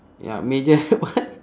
ya major what